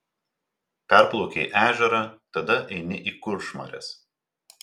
perplaukei ežerą tada eini į kuršmares